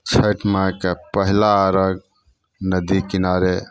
छठि माइके पहिला अरघ नदी किनारे